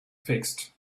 fixed